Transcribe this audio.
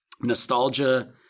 Nostalgia